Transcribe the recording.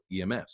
EMS